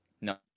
No